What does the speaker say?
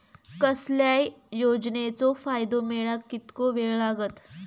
कसल्याय योजनेचो फायदो मेळाक कितको वेळ लागत?